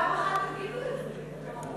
פעם אחת תגידו את זה.